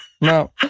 no